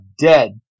dead